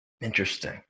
interesting